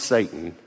Satan